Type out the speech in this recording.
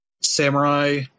samurai